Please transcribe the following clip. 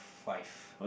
five